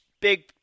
Big